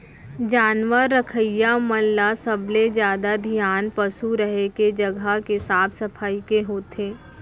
जानवर रखइया मन ल सबले जादा धियान पसु रहें के जघा के साफ सफई के होथे